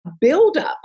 buildup